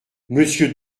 monsieur